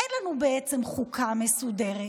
אין לנו חוקה מסודרת.